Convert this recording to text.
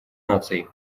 наций